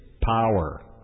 power